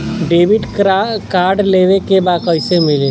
Debit card लेवे के बा कईसे मिली?